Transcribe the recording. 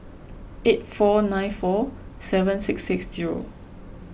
eight four nine four seven six six zero